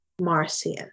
Marcia